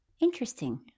interesting